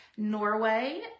Norway